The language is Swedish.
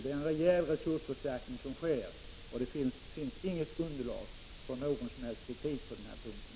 Det är en rejäl resursförstärkning som sker, och det finns inget som helst underlag för kritik på den punkten.